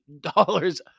dollars